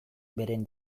beren